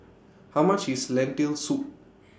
How much IS Lentil Soup